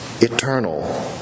eternal